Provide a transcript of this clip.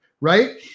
right